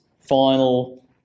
final